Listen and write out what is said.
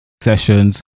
sessions